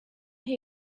who